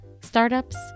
startups